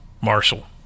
Marshall